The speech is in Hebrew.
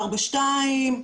4.2,